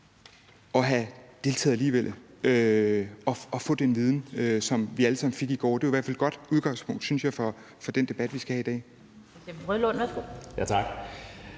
at have deltaget alligevel og have fået den viden, som vi alle sammen fik i går? Det var i hvert fald et godt udgangspunkt, synes jeg, for den debat, vi skal have i dag.